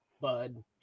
bud